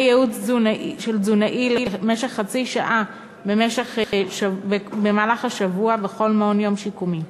ייעוץ של תזונאי למשך חצי שעה במהלך השבוע בכל מעון-יום שיקומי.